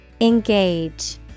Engage